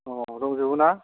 अ दंजोबोना